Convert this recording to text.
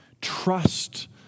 Trust